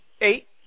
Eight